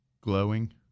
Glowing